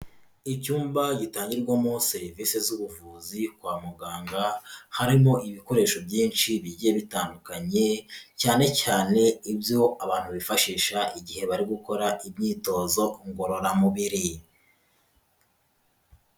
Icyumba gitangirwamo serivisi z'ubuvuzi kwa muganga, harimo ibikoresho byinshi bigiye bitandukanye, cyane cyane ibyo abantu bifashisha igihe bari gukora imyitozo ngororamubiri.